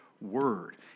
word